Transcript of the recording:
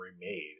remade